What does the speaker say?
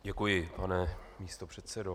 Děkuji, pane místopředsedo.